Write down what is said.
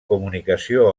comunicació